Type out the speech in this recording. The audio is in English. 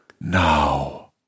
now